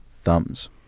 Thumbs